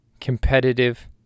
competitive